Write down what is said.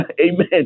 amen